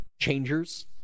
changers